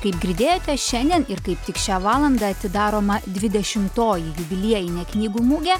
kaip girdėjote šiandien ir kaip tik šią valandą atidaroma dvidešimtoji jubiliejinė knygų mugė